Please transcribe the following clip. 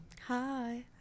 Hi